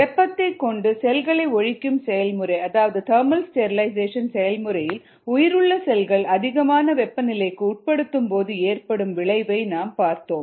வெப்பத்தைக் கொண்டு செல்களை ஒழிக்கும் செயல்முறை அதாவது தர்மல் ஸ்டெரிலைசேஷன் செயல்முறையில் உயிருள்ள செல்கள் அதிகமான வெப்பநிலைக்கு உட்படுத்தப்படும்போது ஏற்படும் விளைவை நாம் பார்த்தோம்